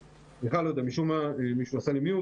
למעט הדיון שלנו לפני הפגרה,